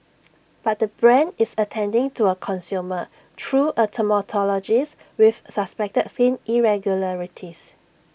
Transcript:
but the brand is attending to A consumer through A dermatologist with suspected skin irregularities